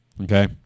okay